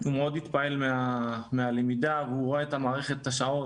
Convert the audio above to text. הוא התפעל מאוד מן הלמידה והוא ראה את מערכת השעות,